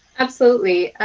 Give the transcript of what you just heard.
absolutely.